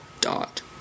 dot